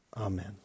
Amen